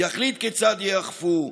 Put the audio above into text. יחליט כיצד ייאכפו,